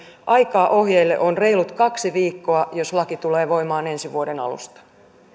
aikaa ohjeille on reilut kaksi viikkoa jos laki tulee voimaan ensi vuoden alusta